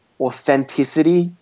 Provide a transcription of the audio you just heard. authenticity